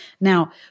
Now